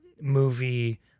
movie